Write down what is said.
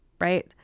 right